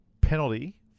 penalty